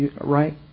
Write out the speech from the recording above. right